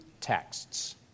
texts